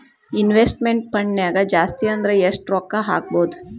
Investment ಫಂಡ್ನ್ಯಾಗ ಜಾಸ್ತಿ ಅಂದ್ರ ಯೆಷ್ಟ್ ರೊಕ್ಕಾ ಹಾಕ್ಬೋದ್?